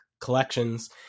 collections